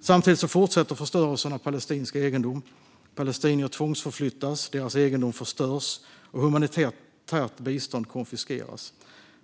Samtidigt fortsätter förstörelsen av palestinsk egendom. Palestinier tvångsförflyttas, deras egendom förstörs och humanitärt bistånd konfiskeras.